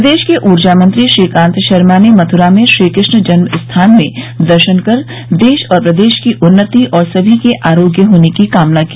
प्रदेश के ऊर्जा मंत्री श्रीकान्त शर्मा ने मथुरा में श्रीकृष्ण जन्म स्थान में दर्शन कर देश और प्रदेश की उन्नति और सभी के आरोग्य होने की कामना की